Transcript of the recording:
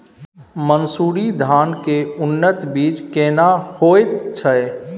मन्सूरी धान के उन्नत बीज केना होयत छै?